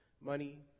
Money